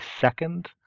second